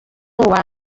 uwa